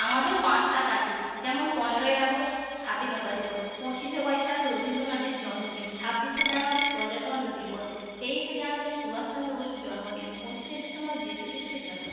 আমাদের পাঁচটা তারিখ যেমন পনেরোই আগস্ট স্বাধীনতা দিবস পঁচিশে বৈশাখ রবীন্দ্রনাথের জন্মদিন ছাব্বিশে জানুয়ারি প্রজাতন্ত্র দিবস তেইশে জানুয়ারি সুভাষচন্দ্র বসুর জন্মদিন পঁচিশে ডিসেম্বর যিশু খ্রিস্টের জন্ম